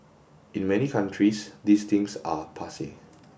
in many countries these things are passe